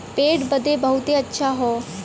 पेट बदे बहुते अच्छा हौ